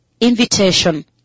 Invitation